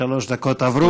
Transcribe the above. שלוש דקות עברו.